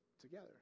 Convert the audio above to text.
together